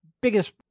biggest